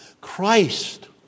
Christ